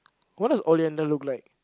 what does Oliander look like